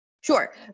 Sure